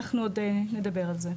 אנחנו עוד נדבר על זה.